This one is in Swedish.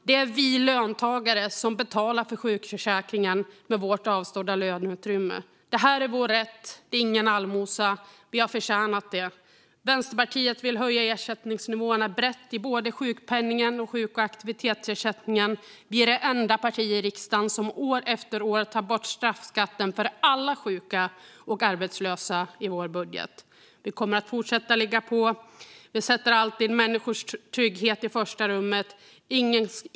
Det är vi löntagare som betalar för sjukförsäkringen med vårt avstådda löneutrymme. Det här är vår rätt. Det är ingen allmosa. Vi har förtjänat det. Vänsterpartiet vill höja ersättningsnivåerna brett i både sjukpenningen och sjuk och aktivitetsersättningen. Vi är det enda parti i riksdagen som år efter år tar bort straffskatten för alla sjuka och arbetslösa i vår budget. Vi kommer att fortsätta ligga på. Vi sätter alltid människors trygghet i första rummet.